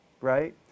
right